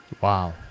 Wow